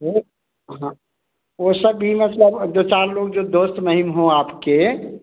वह हाँ वह सब भी मतलब जो चार लोग जो दोस्त महिम हों आपके